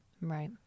Right